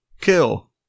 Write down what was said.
kill